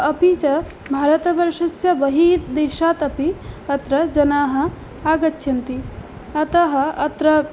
अपि च भारतवर्षस्य बहीयदेशात् अपि अत्र जनाः आगच्छन्ति अतः अत्र